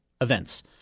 events